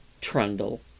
trundle